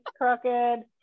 crooked